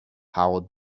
how